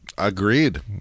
Agreed